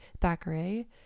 Thackeray